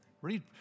Read